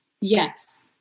Yes